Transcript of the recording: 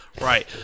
Right